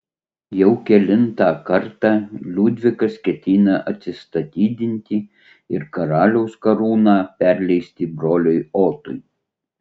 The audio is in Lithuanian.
jau kelintą kartą liudvikas ketina atsistatydinti ir karaliaus karūną perleisti broliui otui